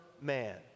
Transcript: man